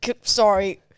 sorry